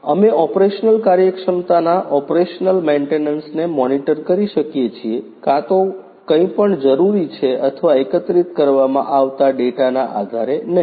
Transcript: અમે ઓપરેશનલ કાર્યક્ષમતાના ઓપરેશનલ મેન્ટેનન્સને મોનિટર કરી શકીએ છીએ કાં તો કંઈપણ જરૂરી છે અથવા એકત્રિત કરવામાં આવતા ડેટાના આધારે નહીં